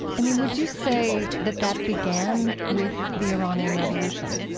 i mean, would you say that that began with the iranian revolution?